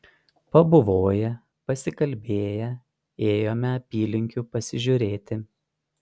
pabuvoję pasikalbėję ėjome apylinkių pasižiūrėti